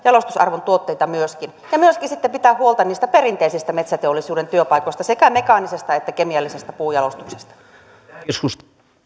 jalostusarvon tuotteita myöskin ja myöskin sitten pitää pitää huolta niistä perinteisistä metsäteollisuuden työpaikoista sekä mekaanisesta että kemiallisesta puunjalostuksesta